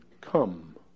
come